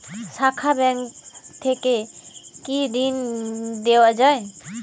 শাখা ব্যাংক থেকে কি ঋণ দেওয়া হয়?